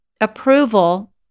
approval